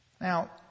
Now